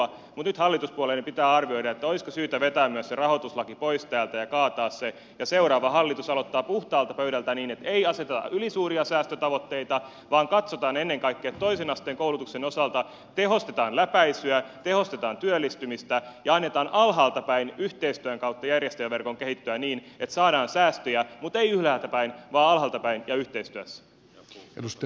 mutta nyt hallituspuolueiden pitää arvioida olisiko syytä vetää myös se rahoituslaki pois täältä ja kaataa se ja seuraava hallitus aloittaa puhtaalta pöydältä niin että ei aseteta ylisuuria säästötavoitteita vaan katsotaan ennen kaikkea että toisen asteen koulutuksen osalta tehostetaan läpäisyä tehostetaan työllistymistä ja annetaan alhaaltapäin yhteistyön kautta järjestäjäverkon kehittyä niin että saadaan säästöjä mutta ei ylhäältäpäin vaan alhaaltapäin ja yhteistyössä